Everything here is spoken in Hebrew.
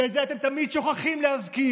ואת זה אתם תמיד שוכחים להזכיר.